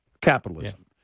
Capitalism